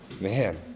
man